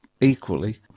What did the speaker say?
equally